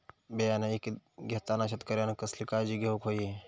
बियाणा ईकत घेताना शेतकऱ्यानं कसली काळजी घेऊक होई?